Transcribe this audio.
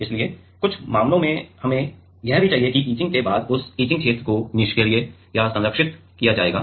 इसलिए कुछ मामलों में हमें यह चाहिए कि इचिंग के बाद उस इचिंग क्षेत्र को निष्क्रिय या संरक्षित किया जाएगा